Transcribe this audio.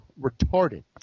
retarded